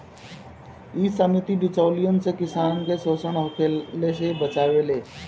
इ समिति बिचौलियों से किसान के शोषण होखला से बचावेले